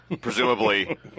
presumably